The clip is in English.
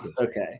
Okay